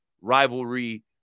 rivalry